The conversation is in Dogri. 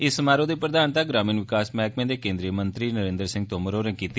इस समारोह दी प्रधानता ग्रामीण विकास मैहकमे दे केन्द्री मंत्री नरेन्द्र सिंह तोमर होरें कीती